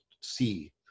see